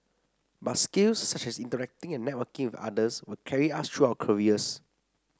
but skills such as interacting and networking with others will carry us through our careers